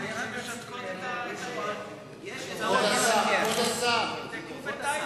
כבוד השר,